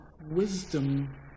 wisdom